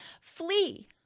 flee